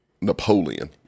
Napoleon